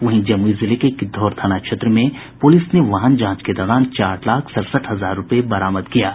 वहीं जमुई जिले में गिद्वौर थाना क्षेत्र में पुलिस ने वाहन जांच के दौरान चार लाख सड़सठ हजार रूपये बरामद किया है